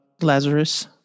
Lazarus